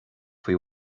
faoi